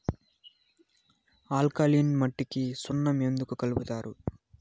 alkaline మట్టికి సున్నం ఎందుకు కలుపుతారు